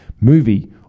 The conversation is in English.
movie